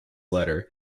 letter